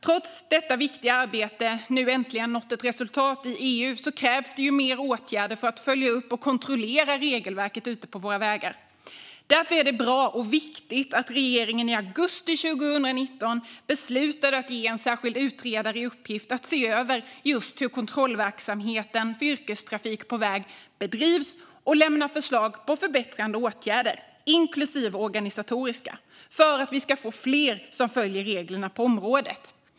Trots att detta viktiga arbete nu äntligen nått resultat i EU krävs mer åtgärder för att följa upp och kontrollera regelverket ute på våra vägar. Därför är det bra och viktigt att regeringen i augusti 2019 beslutade att ge en särskild utredare i uppgift att se över hur kontrollverksamheten för yrkestrafik på väg bedrivs och lämna förslag på förbättrande åtgärder, inklusive organisatoriska, för att fler ska följa reglerna på området.